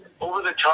over-the-top